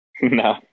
No